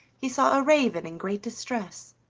he saw a raven in great distress.